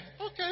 okay